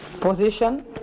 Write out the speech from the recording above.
position